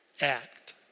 act